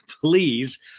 Please